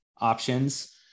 options